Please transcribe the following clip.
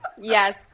yes